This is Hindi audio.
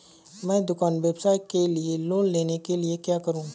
मैं दुकान व्यवसाय के लिए लोंन लेने के लिए क्या करूं?